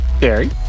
Jerry